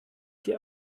dir